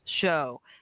show